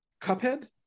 Cuphead